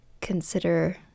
consider